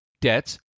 debts